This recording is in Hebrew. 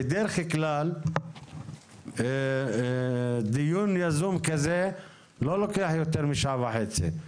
בדרך כלל דיון יזום כזה לא לוקח יותר משעה וחצי.